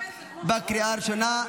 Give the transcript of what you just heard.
בקריאה הראשונה.